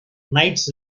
nights